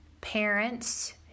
parents